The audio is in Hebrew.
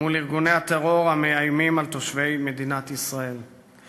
מול ארגוני הטרור המאיימים על תושבי מדינת ישראל.